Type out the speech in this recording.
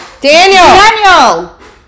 Daniel